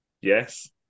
Yes